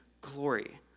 glory